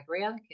grandkids